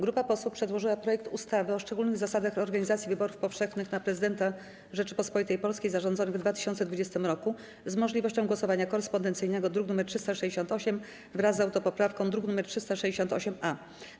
Grupa posłów przedłożyła projekt ustawy o szczególnych zasadach organizacji wyborów powszechnych na Prezydenta Rzeczypospolitej Polskiej zarządzonych w 2020 r. z możliwością głosowania korespondencyjnego, druk nr 368, wraz z autopoprawką, druk nr 368-A.